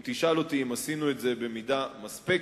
אם תשאל אותי אם עשינו את זה במידה מספקת,